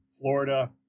Florida